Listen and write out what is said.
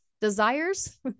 desires